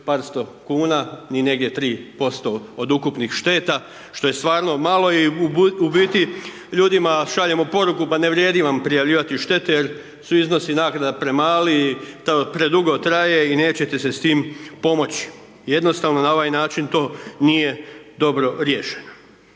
par 100 kuna, ni negdje 3% od ukupnih šteta što je stvarno malo i u biti ljudima šaljemo poruku ma ne vrijedi vam prijavljivati štete jer su iznosi naknada premali i to predugo traje i nećete si s tim pomoć. Jednostavno na ovaj način to nije dobro riješeno.